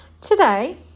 Today